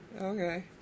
Okay